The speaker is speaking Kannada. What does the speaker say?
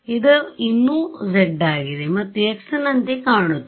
ಇದು ಇನ್ನೂ z ಆಗಿದೆ ಮತ್ತು x ನಂತೆ ಕಾಣುತ್ತದೆ